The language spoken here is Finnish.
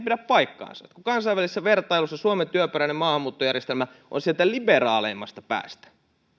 pidä paikkaansa kun kansainvälisessä vertailussa suomen työperäinen maahanmuuttojärjestelmä on sieltä liberaaleimmasta päästä